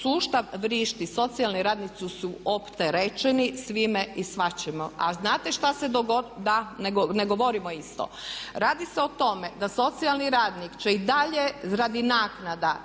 sustav vrišti, socijalni radnici su opterećeni svime i svačime. A znate šta se …/Upadica se ne čuje./… da ne govorimo isto, radi se o tome da socijalni radnik će i dalje radi naknada